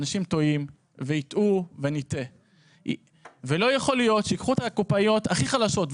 אנשים טועים וייטעו ונטעה ולא יכול להיות שייקחו את הקופאיות הכי חלשות,